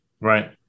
Right